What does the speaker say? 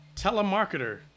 Telemarketer